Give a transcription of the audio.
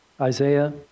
Isaiah